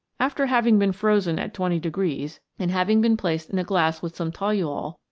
after having been frozen at twenty degrees, and having been placed in a glass with some toluol,